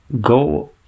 go